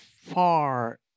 far